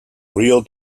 real